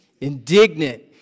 Indignant